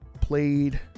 played